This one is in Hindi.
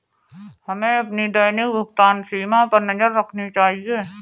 हमें अपनी दैनिक भुगतान सीमा पर नज़र रखनी चाहिए